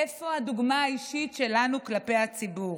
איפה הדוגמה האישית שלנו כלפי הציבור?